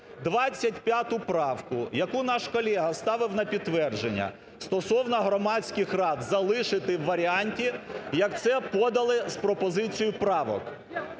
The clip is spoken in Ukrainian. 25 правку, яку наш колега ставив на підтвердження, стосовно громадських рад, залишити в варіанті, як це подали з пропозицією правок.